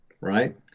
right